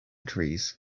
trees